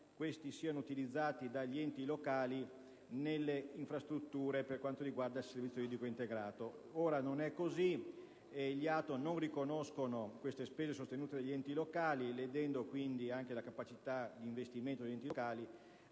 questi siano utilizzati dagli enti locali nelle infrastrutture per quanto riguarda il servizio di tipo integrato. Ora non è così: gli ATO non riconoscono queste spese sostenute dagli enti locali, ledendo quindi anche la capacita di investimento degli enti locali.